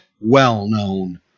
well-known